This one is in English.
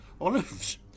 Olives